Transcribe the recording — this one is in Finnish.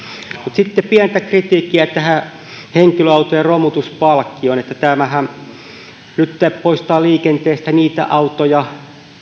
sitten pientä kritiikkiä tähän henkilöautojen romutuspalkkioon tämähän nyt poistaa liikenteestä niitä autoja